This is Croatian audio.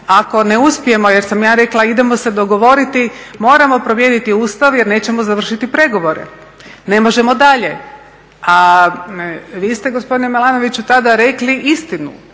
ako ne uspijemo jer sam ja rekla idemo se dogovoriti, moramo promijeniti Ustav jer nećemo završiti pregovore, ne možemo dalje, a vi ste gospodine Milanoviću tada rekli istinu,